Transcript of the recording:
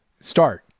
Start